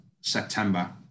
September